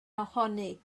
ohoni